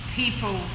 people